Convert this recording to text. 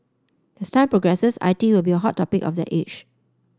as time progresses I T will be a hot topic of that age